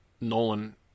Nolan